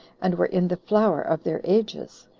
and were in the flower of their ages,